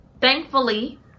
Thankfully